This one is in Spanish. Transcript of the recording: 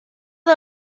dos